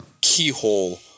keyhole